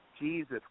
Jesus